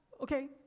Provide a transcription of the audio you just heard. okay